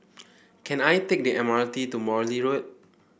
can I take the M R T to Morley Road